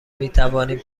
میتوانیم